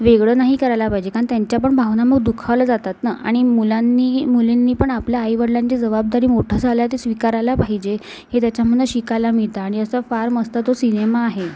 वेगळं नाही करायला पाहिजे कारण त्यांच्या पण भावना मग दुखावल्या जातात नं आणि मुलांनीही मुलींनी पण आपल्या आईवडिलांची जबाबदारी मोठं झाल्या ते स्वीकारायला पाहिजे की त्याच्यामुने शिकायला मिळतं आणि असा फार मस्त तो सिनेमा आहे